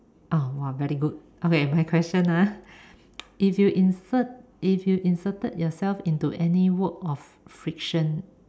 oh !wah! very good okay my question ah if you insert if you inserted yourself into any work of friction